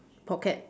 pocket